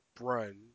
Run